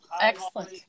Excellent